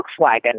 Volkswagen